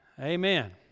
Amen